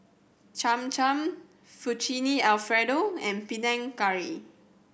Cham Cham Fettuccine Alfredo and Panang Curry